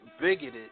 bigoted